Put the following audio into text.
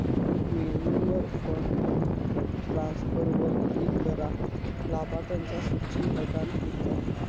मेन्यूवर फंड ट्रांसफरवर क्लिक करा, लाभार्थिंच्या सुची बघान क्लिक करा